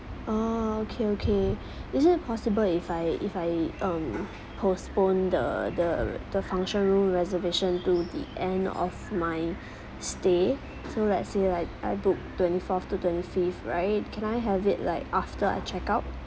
orh okay okay is it possible if I if I um postpone the the the function room reservation to the end of my stay so let's say like I book twenty fourth to twenty fifth right can I have it like after I check out